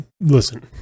Listen